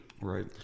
Right